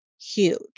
huge